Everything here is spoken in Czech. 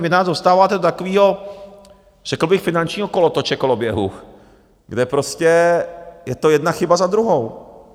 Vy nás dostáváte do takového, řekl bych, finančního kolotoče, koloběhu, kde prostě je to jedna chyba za druhou!